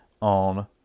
on